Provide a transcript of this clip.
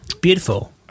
beautiful